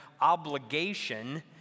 obligation